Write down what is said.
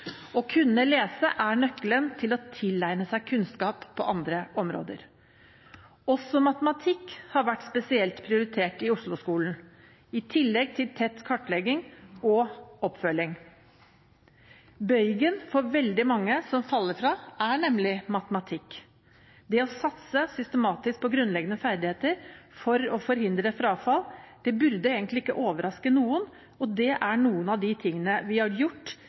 Å kunne lese er nøkkelen til å tilegne seg kunnskap på andre områder. Også matematikk har vært spesielt prioritert i Oslo-skolen, i tillegg til tett kartlegging og oppfølging. Bøygen for veldig mange som faller fra, er nemlig matematikk. Det å satse systematisk på grunnleggende ferdigheter for å forhindre frafall burde egentlig ikke overraske noen. Det er noen av de tingene vi har gjort